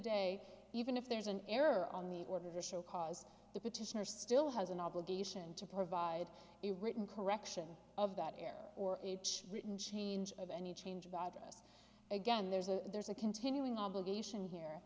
day even if there is an error on the order to show cause the petitioner still has an obligation to provide a written correction of that error or written change of any change of address again there's a there's a continuing obligation here